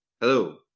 hello